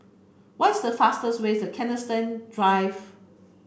why's the fastest way to Kensington Drive